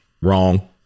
wrong